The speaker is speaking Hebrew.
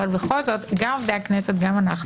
גם אנחנו